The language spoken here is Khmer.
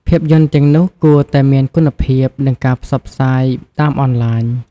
ភាពយន្តទាំងនោះគួរតែមានគុណភាព និងការផ្សព្វផ្សាយតាមអនឡាញ។